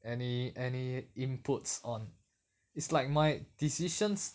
any any inputs on it's like my decisions